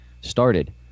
started